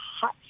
hot